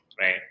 right